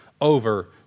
over